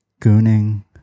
gooning